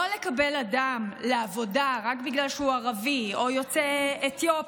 לא לקבל לעבודה אדם רק בגלל שהוא ערבי או יוצא אתיופיה,